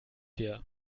wir